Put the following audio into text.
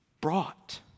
Brought